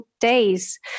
days